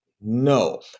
No